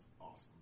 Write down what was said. awesome